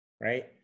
right